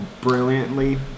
brilliantly